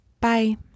Bye